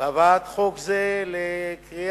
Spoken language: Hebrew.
בהבאת חוק זה לקריאה